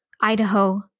Idaho